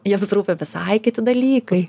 jiems rūpi visai kiti dalykai